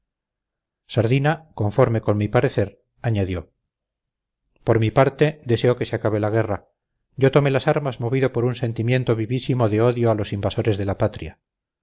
sardina conforme con mi parecer añadió por mi parte deseo que se acabe la guerra yo tomé las armas movido por un sentimiento vivísimo de odio a los invasores de la patria